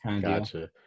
gotcha